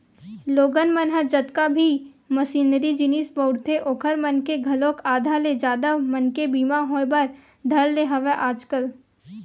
लोगन मन ह जतका भी मसीनरी जिनिस बउरथे ओखर मन के घलोक आधा ले जादा मनके बीमा होय बर धर ने हवय आजकल